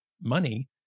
money